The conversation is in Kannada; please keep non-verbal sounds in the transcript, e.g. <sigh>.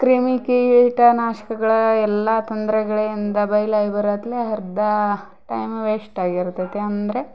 ಕ್ರಿಮಿ ಕೀಟ ನಾಶಕಗಳ ಎಲ್ಲಾ ತೊಂದರೆಗಳಿಂದ <unintelligible> ಬರತ್ತಲೇ ಅರ್ಧ ಟೈಮ್ ವೇಸ್ಟಾಗಿರ್ತೈತಿ ಅಂದರೆ